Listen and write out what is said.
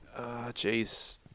Jeez